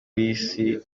isi